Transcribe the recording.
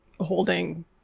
holding